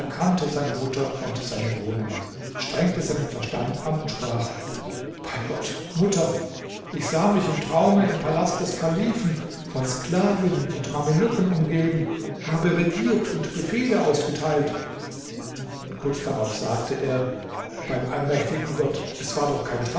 erkannte seine mutter und seine wohnung strengte seinen verstand an und sprach bei gott mutter ich sah mich im traume im palast des kalifen von sklavinnen und mamelucken umgeben habe regiert und befehle ausgeteilt und kurz darauf sagte er beim allmächtigen gott es war doch kein